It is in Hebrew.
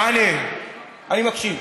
תענה, אני מקשיב.